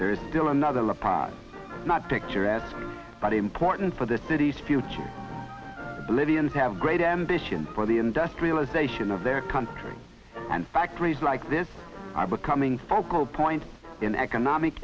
there is still another prize not picture at but important for the city's future bolivians have great ambitions for the industrialization of their country and factories like this are becoming focal point in economic